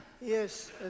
Yes